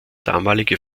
damalige